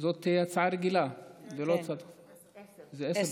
זאת היא הצעה רגילה ולא, זה עשר דקות.